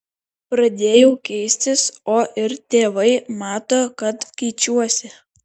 pradėjau keistis o ir tėvai mato kad keičiuosi